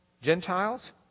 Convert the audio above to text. Gentiles